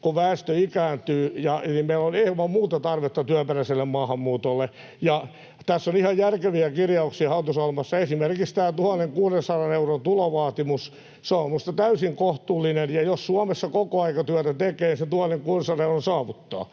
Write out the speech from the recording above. kun väestö ikääntyy, ilman muuta tarvetta työperäiselle maahanmuutolle. Tässä on ihan järkeviä kirjauksia hallitusohjelmassa, esimerkiksi tämä 1 600 euron tulovaatimus. Se on minusta täysin kohtuullinen, ja jos Suomessa kokoaikatyötä tekee, sen 1 600 euroa saavuttaa.